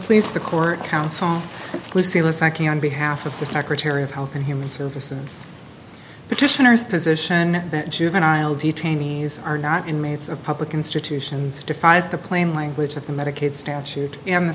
please the court counsel lucila psyching on behalf of the secretary of health and human services petitioners position that juvenile detainees are not inmates of public institutions defies the plain language of the medicaid statute and the